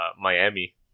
Miami